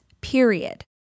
period